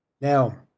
now